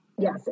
Yes